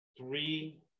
Three